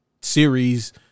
series